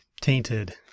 Tainted